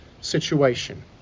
situation